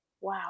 Wow